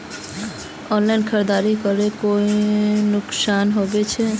Online खरीदारी करले कोई नुकसान भी छे?